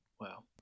Wow